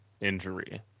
injury